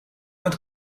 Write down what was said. met